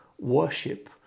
worship